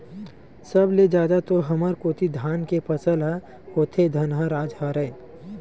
सब ले जादा तो हमर कोती धाने के फसल ह होथे धनहा राज हरय